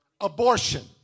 abortion